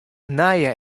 nije